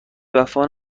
وفا